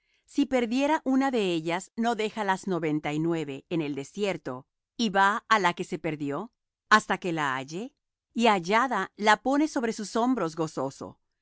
si perdiere una de ellas no deja las noventa y nueve en el desierto y va á la que se perdió hasta que la halle y hallada la pone sobre sus hombros gozoso